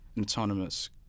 autonomous